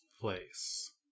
place